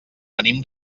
venim